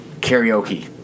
karaoke